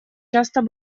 часто